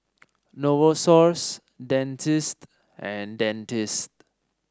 Novosource Dentiste and Dentiste